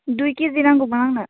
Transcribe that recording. दुइ खिजि नांगौमोन आंनो